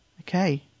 Okay